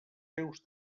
seus